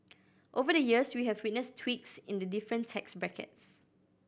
over the years we have witnessed tweaks in the different tax brackets